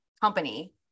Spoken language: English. company